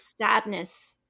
sadness